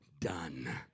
done